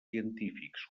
científics